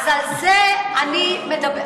אז על זה אני מדברת.